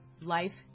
life